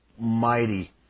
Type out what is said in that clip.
mighty